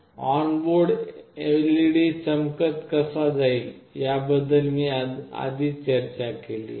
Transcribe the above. onboard LED चमकत कसा जाईल याबद्दल मी आधीच चर्चा केली आहे